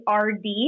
RD